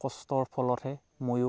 কষ্টৰ ফলতহে ময়ো